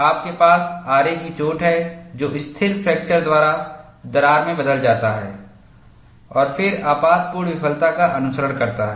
आपके पास आरे की चोट है जो स्थिर फ्रैक्चर द्वारा दरार में बदल जाता है और फिर आपातपूर्ण विफलता का अनुसरण करता है